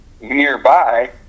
nearby